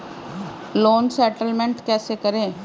Loan settlement कैसे करें?